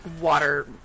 water